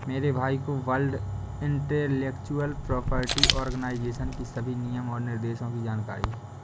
मेरे भाई को वर्ल्ड इंटेलेक्चुअल प्रॉपर्टी आर्गेनाईजेशन की सभी नियम और निर्देशों की जानकारी है